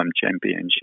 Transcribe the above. championship